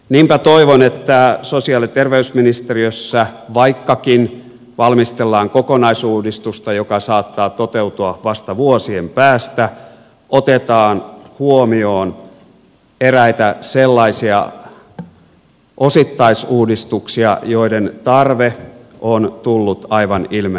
niinpä toivon että sosiaali ja terveysministeriössä vaikkakin valmistellaan kokonais uudistusta joka saattaa toteutua vasta vuosien päästä otetaan huomioon eräitä sellaisia osittaisuudistuksia joiden tarve on tullut aivan ilmeiseksi